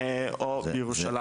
או בירושלים.